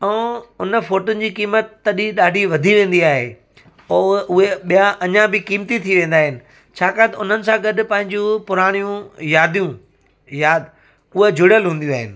ऐं उन फ़ोटुनि जी क़ीमत तॾहिं ॾाढी वधी वेंदी आहे ऐं उहा उहे ॿियां अञा बि क़ीमती थी वेंदा आहिनि छाकाणि उन्हनि सां गॾु पंहिंजियूं पुराणियूं यादियूं यादि उहा जुड़ियलु हूंदियूं आहिनि